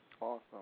Awesome